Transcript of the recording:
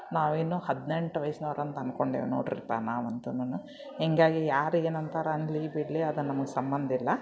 ನಾವಿನ್ನೂ ಹದಿನೆಂಟು ವಯಸ್ನೋರು ಅಂತ ಅನ್ಕೊಂಡೇವೆ ನೋಡಿರಿಪ್ಪ ನಾವಂತುನು ಹೀಗಾಗಿ ಯಾರು ಏನಂತಾರೆ ಅನ್ನಲಿ ಬಿಡಲಿ ಅದು ನಮಗೆ ಸಂಬಂಧಿಲ್ಲ